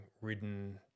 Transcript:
ridden